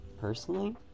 Personally